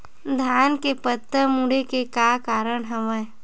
धान के पत्ता मुड़े के का कारण हवय?